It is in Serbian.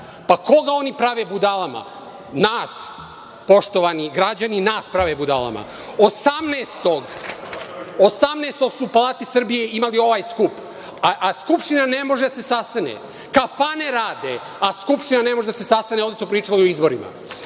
Koga oni prave budalama? Nas, poštovani građani, prave budalama.U Palati Srbije 18. marta su imali ovaj skup, a Skupština ne može da se sastane. Kafane rade, a Skupština ne može da se sastane, ovde su pričali o izborima. Kada